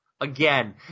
Again